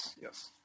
Yes